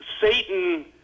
Satan